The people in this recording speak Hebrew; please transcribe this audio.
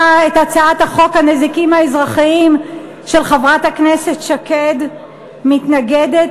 את הצעת חוק הנזיקים האזרחיים של חברת הכנסת שקד מתנגדת